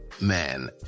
Man